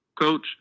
coach